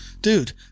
Dude